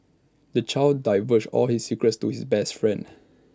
the child divulged all his secrets to his best friend